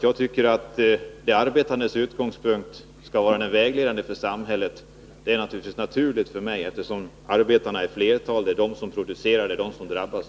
Jag tycker att de arbetandes synpunkter skall vara vägledande för samhället. För mig är detta naturligt, eftersom de arbetande utgör flertalet och är de som producerar och drabbas.